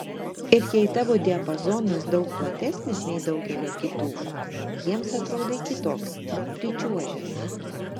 ir jei tavo diapazonas daug platesnis nei daugelio kitų jiems atrodai kitoks pričiuožęs